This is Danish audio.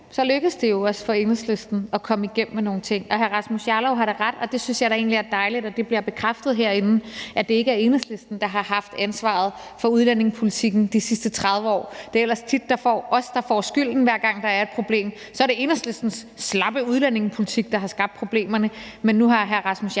lykkes det jo også for Enhedslisten at komme igennem med nogle ting, og hr. Rasmus Jarlov har da ret i – og jeg synes da egentlig, det er dejligt, at det bliver bekræftet herinde – at det ikke er Enhedslisten, der har haft ansvaret for udlændingepolitikken de sidste 30 år. Det er ellers tit os, der får skylden, hver gang der er et problem, altså at det så er Enhedslistens slappe udlændingepolitik, der har skabt problemerne. Men nu har hr. Rasmus Jarlov